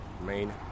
main